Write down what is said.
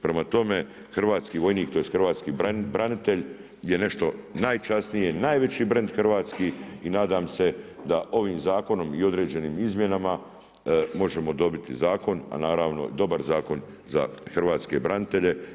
Prema tome, hrvatski vojnik, tj. hrvatski branitelj je nešto najčasnije, najveći brand Hrvatski i nadam se da ovim zakonom i određenim izmjenama možemo dobiti zakon, a naravno, dobar zakon za hrvatske branitelje.